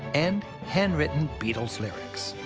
and hand-written beatles lyrics.